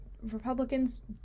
Republicans